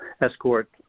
escort